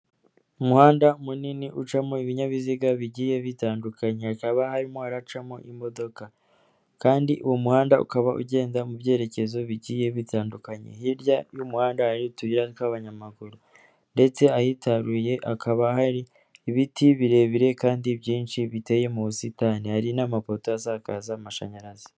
Umuhanda munini ucamo ibinyabiziga bigiye bitandukanye. Hakaba harimo haracamo imodoka. Kandi uwo muhanda ukaba ugenda mu byerekezo bigiye bitandukanye. Hirya y'umuhanda hari utuyira tw'abanyamaguru. Ndetse ahitaruye hakaba hari ibiti birebire kandi byinshi biteye mu busitani. Hari n'amapoto asakaza amashanyarazi.